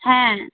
হ্যাঁ